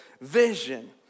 vision